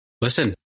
Listen